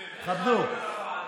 כבדו.